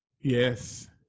Yes